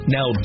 Now